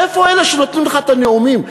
איפה אלה שנותנים לך את הנאומים?